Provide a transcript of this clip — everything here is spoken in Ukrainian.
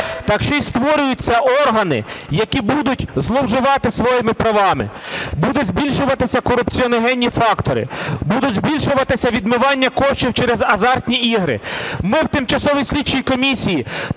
так ще й створюються органи, які будуть зловживати своїми правами. Будуть збільшуватися корупціогенні фактори, будуть збільшуватися відмиванні коштів через азартні ігри. Ми в тимчасовій слідчій комісії